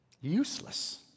useless